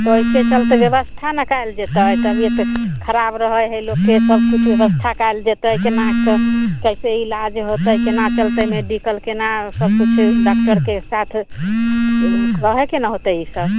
तऽ ओहिके चलते ब्यवस्था ने कएल जेतै तबिअत खराब रहै है लोकके सब किछु ब्यवस्था कयल जेतै कोना के कैसे इलाज होतै कोना चलतै मेडिकल कोना सब किछु डाक्टरके साथ कहेके ने होतै इसब